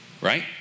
Right